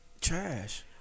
Trash